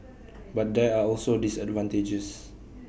but there are also disadvantages